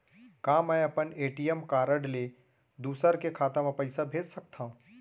का मैं अपन ए.टी.एम कारड ले दूसर के खाता म पइसा भेज सकथव?